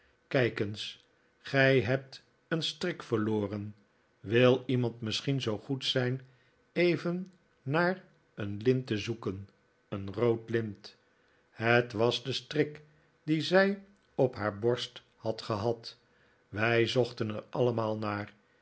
kijk eens gij hebt een strik verloren wil iemand misschien zoo goed zijn even naar een lint te zoeken een rood lint het was de strik dien zij op haar borst had gehad wij zochten er allemaal naar